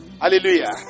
Hallelujah